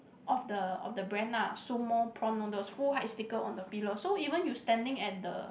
of the of the brand lah sumo prawn noodles full height sticker on the pillar so even if you standing at the